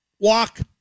Walk